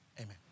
amen